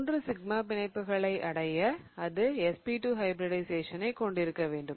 மூன்று சிக்மா பிணைப்புகளை அடைய அது sp2 ஹைபிரிடிஷயேசனைக் கொண்டிருக்க வேண்டும்